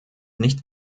nicht